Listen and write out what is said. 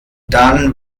dann